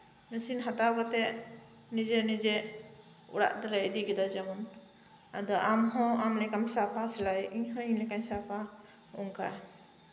machine ᱦᱟᱛᱟᱣ ᱠᱟᱛᱮᱫ ᱱᱤᱡᱮ ᱱᱤᱡᱮ ᱚᱲᱟᱜ ᱛᱮᱞᱮ ᱤᱫᱤ ᱠᱮᱫᱟ ᱡᱮᱢᱚᱱ ᱟᱫᱚ ᱟᱢᱦᱚᱸ ᱟᱢ ᱞᱮᱠᱟᱢ ᱥᱟᱵᱟ ᱥᱮᱞᱟᱭ ᱤᱧᱦᱚᱸ ᱤᱧ ᱞᱮᱠᱟᱧ ᱥᱟᱵᱟ ᱥᱤᱞᱟᱹᱭᱟ ᱚᱱᱠᱟ